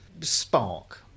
spark